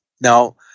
Now